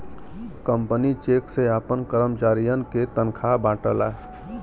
company cheque से आपन करमचारियन के तनखा बांटला